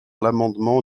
l’amendement